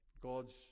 God's